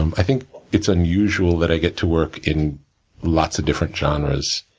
um i think it's unusual that i get to work in lots of different genres,